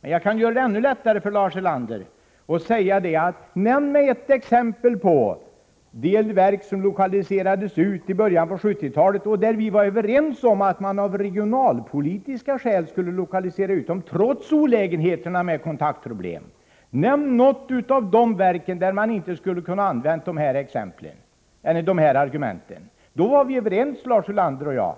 Men jag kan göra det ännu lättare för Lars Ulander: Nämn ett av de verk som lokaliserades ut i början av 1970-talet — då vi var överens om att man av regionalpolitiska skäl skulle lokalisera ut dem, trots olägenheterna när det gäller kontaktproblem — där man inte skulle kunna använda dessa argument! Då var vi överens, Lars Ulander och jag.